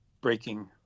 breaking